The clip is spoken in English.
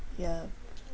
ya